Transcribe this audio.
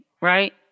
right